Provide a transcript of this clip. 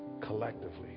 collectively